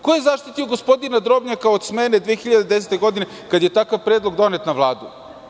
Ko je zaštitio gospodina Drobnjaka od smene 2010. godine, kada je takav predlog donet na Vladi?